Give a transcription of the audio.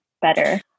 better